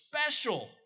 special